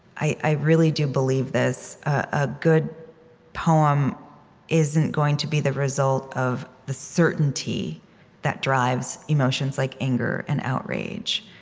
i i really do believe this a good poem isn't going to be the result of the certainty that drives emotions like anger and outrage.